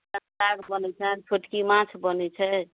साग बनै छै छोटकी माछ बनै छै